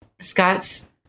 Scott's